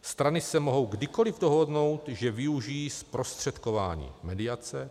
Strany se mohou kdykoli dohodnou, že využijí zprostředkování, mediace.